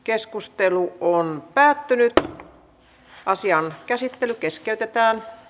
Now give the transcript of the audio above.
keskustelu päättyi ja asian käsittely keskeytettiin